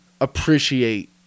appreciate